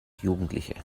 jugendliche